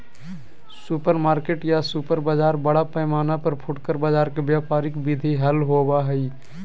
supermarket या super बाजार बड़ पैमाना पर फुटकर बाजार के व्यापारिक विधि हल होबा हई